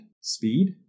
speed